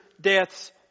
death's